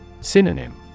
Synonym